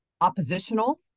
oppositional